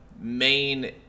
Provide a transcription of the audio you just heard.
main